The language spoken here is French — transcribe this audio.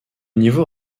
niveau